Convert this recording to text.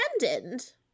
abandoned